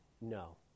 no